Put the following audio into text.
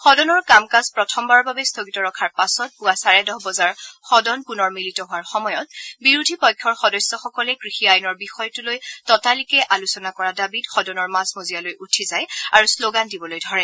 সদনৰ কাম কাজ প্ৰথমবাৰৰ বাবে স্থগিত ৰখাৰ পাছত পুৱা চাৰে দহ বজাৰ সদন পুনৰ মিলিত হোৱাৰ সময়ত বিৰোধী পক্ষৰ সদস্যসকলে কৃষি আইনৰ বিষয়টো লৈ ততালিকে আলোচনা কৰাৰ দাবীত সদনৰ মাজমজিয়ালৈ উঠি যায় আৰু শ্লোগান দিবলৈ ধৰে